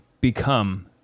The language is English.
become